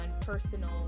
personal